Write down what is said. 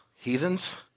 heathens